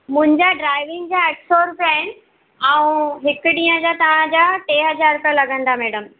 मुंहिंजा ड्राइविंग जा अठ सौ रुपया आहिनि ऐं हिकु ॾींहं जा तव्हांजा टे हज़ार रुपया लॻंदा मैडम